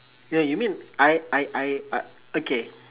ya you mean I I I I okay